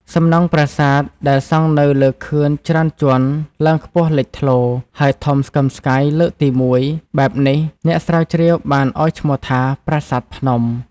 សំណង់ប្រាសាទដែលសង់នៅលើខឿនច្រើនជាន់ឡើងខ្ពស់លេចធ្លោ ហើយធំស្កឹមស្កៃលើកទី១ បែបនេះ អ្នកស្រាវជ្រាវបានឲ្យឈ្មោះថា ប្រាសាទភ្នំ ។